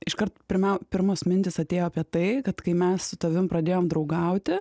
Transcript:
iškart pirmiau pirmos mintys atėjo apie tai kad kai mes su tavim pradėjom draugauti